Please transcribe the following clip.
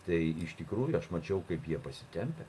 tai iš tikrųjų aš mačiau kaip jie pasitempę